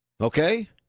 Okay